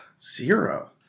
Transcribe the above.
zero